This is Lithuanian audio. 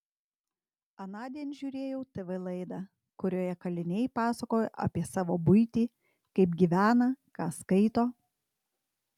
anądien žiūrėjau tv laidą kurioje kaliniai pasakojo apie savo buitį kaip gyvena ką skaito